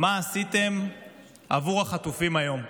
"מה עשיתם עבור החטופים היום?"